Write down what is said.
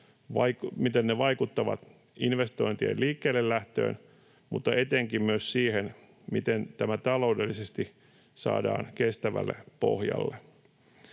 hallinto vaikuttavat investointien liikkeellelähtöön mutta etenkin myös siihen, miten tämä taloudellisesti saadaan kestävälle pohjalle.